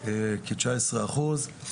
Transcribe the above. כתשעה עשר אחוז.